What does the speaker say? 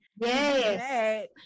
Yes